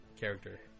character